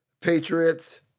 Patriots